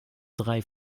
drei